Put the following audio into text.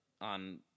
on